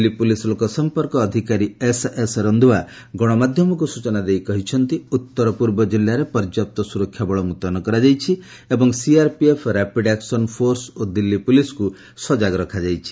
Delhi police ଲୋକସଂପର୍କ ଅଧିକାରୀ SS Randhawa ଗଣମାଧ୍ୟମକୁ ସୂଚନା ଦେଇ କହିଚ୍ଚନ୍ତି ଉତ୍ତର ପୂର୍ବ ଜିଲ୍ଲାରେ ପର୍ଯ୍ୟାପ୍ତ ସୁରକ୍ଷା ବଳ ମୁତୟନ କରାଯାଇଛି ଏବଂ CRPF rapid action force Delhi ପୁଲିସ୍କୁ ସଜାଗ ରଖାଯାଇଛି